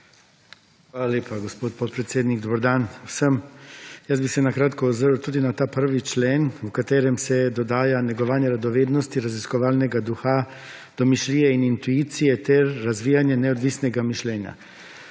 Hvala lepa gospod podpredsednik. Dober dan vsem! Jaz bi se na kratko ozrl tudi na ta 1. člen v katerem se dodaja negovanje radovednosti raziskovalnega duha, domišljije in intuicije ter razvijanje neodvisnega mišljenja.